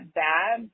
bad